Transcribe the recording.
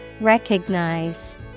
Recognize